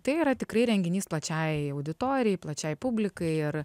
tai yra tikrai renginys plačiajai auditorijai plačiai publikai ir